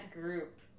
group